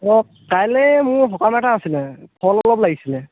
কাইলে মোৰ সকাম এটা আছিলে কল অলপ লাগিছিলে